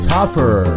Topper